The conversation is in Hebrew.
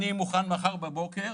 אני מוכן מחר בבוקר